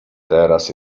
teraz